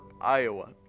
Iowa